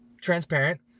transparent